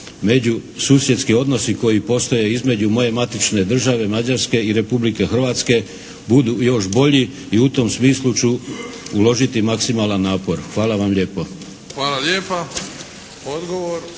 međususjedski odnosi koji postoje između moje matične države Mađarske i Republike Hrvatske budu još bolji. I u tom smislu ću uložiti maksimalan napor. Hvala vam lijepo. **Bebić, Luka